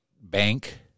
bank